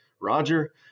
Roger